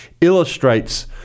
illustrates